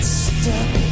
step